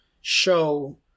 show